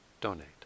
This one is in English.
donate